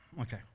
okay